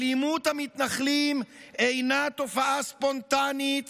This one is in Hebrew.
אלימות המתנחלים אינה תופעה ספונטנית